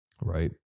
Right